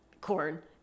Corn